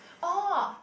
orh